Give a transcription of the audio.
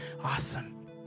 Awesome